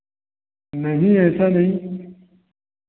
नहीं ऐसा नहीं